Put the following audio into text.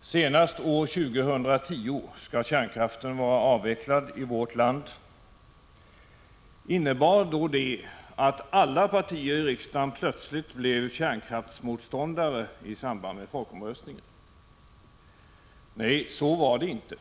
Senast år 2010 skall kärnkraften vara avvecklad i vårt land. Innebar då det att alla partier i riksdagen plötsligt blev kärnkraftsmotståndare i samband med folkomröstningen? Nej, så var det inte!